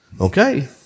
Okay